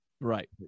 Right